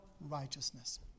righteousness